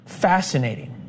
fascinating